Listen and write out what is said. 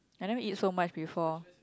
and then we eat so much before